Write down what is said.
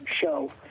show